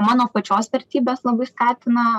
mano pačios vertybės labai skatina